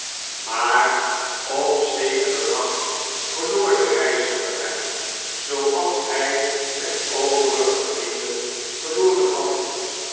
maar op zekeren dag verloor de reiziger hem zooals hy zyn overige vrienden verloren had